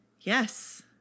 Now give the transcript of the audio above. Yes